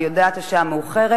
אני יודעת שהשעה מאוחרת.